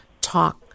talk